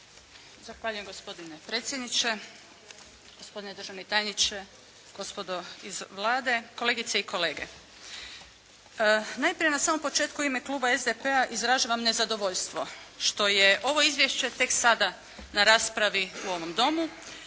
Zahvaljujem gospodine predsjedniče. Gospodine državni tajniče, gospodo iz Vlade, kolegice i kolege. Najprije na samom početku u ime Kluba SDP-a izražavam nezadovoljstvo što je ovo izvješće tek sada na raspravi u ovom Domu.